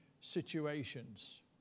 situations